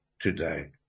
today